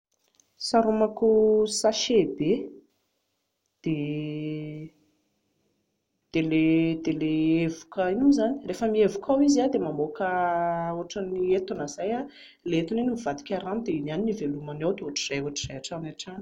Saromako sachet be, dia ilay hevoka inona moa izany rehefa mihevoka ao izy dia mamoaka ohatran'ny entona izay dia ilay entona iny mivadika rano dia iny ihany no hivelomany ao dia ohatr'izay ohatr'izay hatrany hatrany